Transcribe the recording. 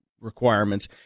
requirements